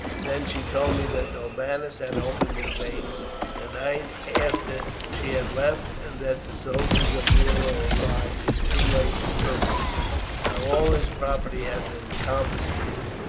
then she told me that norbanus had opened his veins that night after she had left, and that the soldiers of nero arrived just too late to trouble him that all his property had been confiscated,